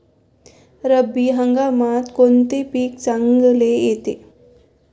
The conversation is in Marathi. रब्बी हंगामात कोणते पीक चांगले येते?